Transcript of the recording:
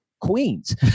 Queens